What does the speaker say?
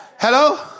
hello